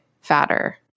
fatter